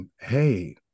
Hey